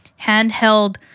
handheld